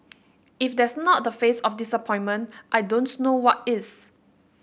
if that's not the face of disappointment I don't know what is